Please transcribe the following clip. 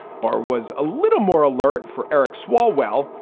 bar was a little more alert for eric swalwell,